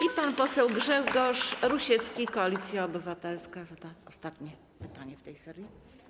I pan poseł Grzegorz Rusiecki, Koalicja Obywatelska, zada ostatnie pytanie w tej serii.